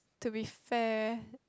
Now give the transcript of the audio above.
to be fair